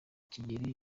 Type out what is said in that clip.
kigeli